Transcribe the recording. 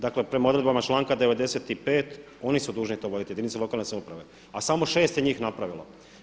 Dakle, prema odredbama članka 95. oni su dužni to voditi, jedinice lokalne samouprave, a samo šest je njih napravilo.